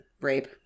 rape